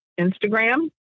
Instagram